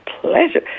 pleasure